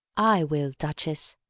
i will, duchess.